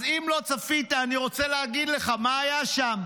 אז אם לא צפית, אני רוצה להגיד לך מה היה שם: